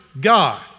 God